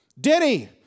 Denny